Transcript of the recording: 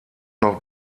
noch